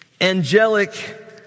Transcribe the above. angelic